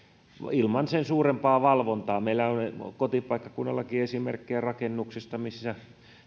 ilman sen suurempaa valvontaa meillä on kotipaikkakunnallakin esimerkkejä rakennuksista missä